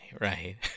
right